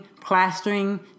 plastering